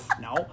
No